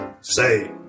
say